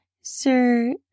sir